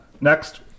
next